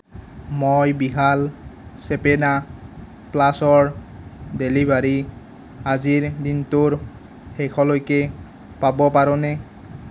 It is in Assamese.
মই বিশাল চেপেনা প্লাছৰ ডেলিভাৰী আজিৰ দিনটোৰ শেষলৈকে পাব পাৰোঁনে